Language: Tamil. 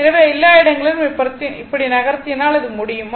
எனவே எல்லா இடங்களிலும் இப்படி நகர்த்தினால் அது முடியும்